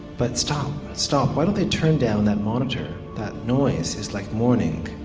but stop! stop! why don't they turn down that monitor that noise is like mourning.